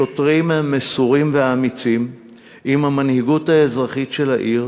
שוטרים מסורים ואמיצים עם המנהיגות האזרחית של העיר,